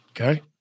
Okay